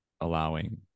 allowing